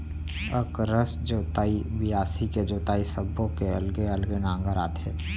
अकरस जोतई, बियासी के जोतई सब्बो के अलगे अलगे नांगर आथे